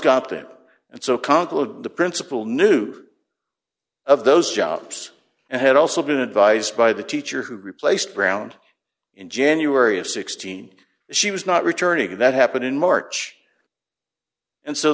convoluted the principal knew of those jobs and had also been advised by the teacher who replaced ground in january of sixteen she was not returning that happened in march and so